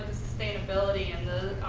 sustainability, and the